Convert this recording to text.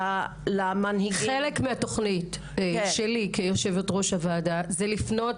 חלק מהתוכנית שלי כיושבת-ראש הועדה זה לפנות